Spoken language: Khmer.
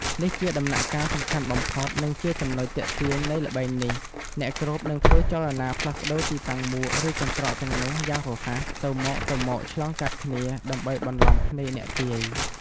នេះជាដំណាក់កាលសំខាន់បំផុត និងជាចំណុចទាក់ទាញនៃល្បែងនេះ អ្នកគ្របនឹងធ្វើចលនា ផ្លាស់ប្ដូរទីតាំងមួកឬកន្ត្រកទាំងនោះយ៉ាងរហ័ស ទៅមកៗឆ្លងកាត់គ្នា ដើម្បីបន្លំភ្នែកអ្នកទាយ។